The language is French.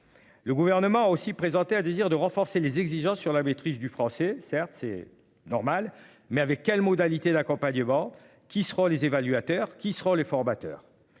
Le gouvernement aussi présenté un désir de renforcer les exigences sur la maîtrise du français. Certes c'est normal mais avec quelles modalités d'accompagnement qui seront les évaluateurs qui seront les formateurs.